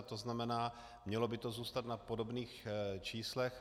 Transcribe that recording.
To znamená, mělo by to zůstat na podobných číslech.